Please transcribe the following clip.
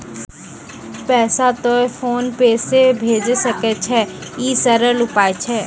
पैसा तोय PhonePe से भैजै सकै छौ? ई सरल उपाय छै?